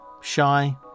shy